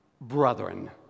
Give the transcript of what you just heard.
brethren